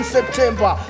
September